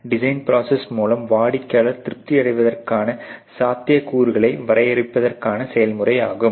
design process மூலம் வாடிக்கையாளர் திருப்திபடுத்துவதற்கான சாத்தியக் கூறுகளை வரையறுப்பதற்கான செயல்முறையாகும்